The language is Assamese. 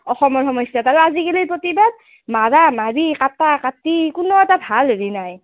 অসমৰ সমস্যাত আৰু আজিকালি প্ৰতিবাদ মাৰা মাৰি কাটা কাটি কোনো এটা ভাল হেৰি নাই